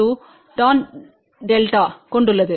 02 டான் டெல்டாவைக் கொண்டுள்ளது